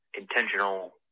intentional